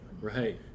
Right